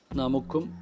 Namukum